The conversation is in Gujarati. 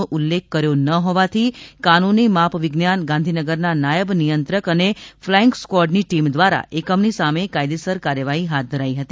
નો ઉલ્લેખ કર્યો ન હોવાથી કાનુની માપ વિજ્ઞાન ગાંધીનગરના નાયબ નિયંત્રક અને ફ્લાઈંગ સ્ક્વોડની ટીમ દ્વારા એકમની સામે કાયદેસર કાર્યવાહી હાથ ધરાઇ હતી